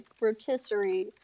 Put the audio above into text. rotisserie